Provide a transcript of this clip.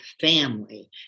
family